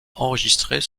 enregistrés